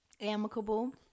amicable